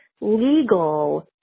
legal